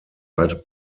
like